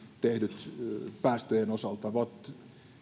tehdyt päästöjen osalta ovat